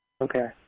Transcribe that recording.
Okay